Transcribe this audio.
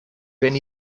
ben